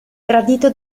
tradito